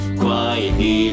quietly